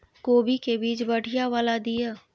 कोबी के बीज बढ़ीया वाला दिय?